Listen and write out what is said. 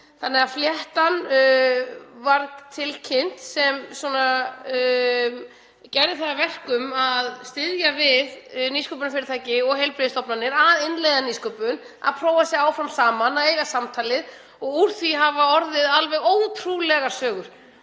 o.s.frv. Fléttan var tilkynnt sem gerði það að verkum að styðja við nýsköpunarfyrirtæki og heilbrigðisstofnanir við að innleiða nýsköpun, að prófa sig áfram saman, að eiga samtalið. Og úr því hafa orðið alveg ótrúlegar sögur.